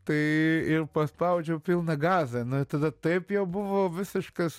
tai ir paspaudžiau pilną gazą nu tada taip jau buvo visiškas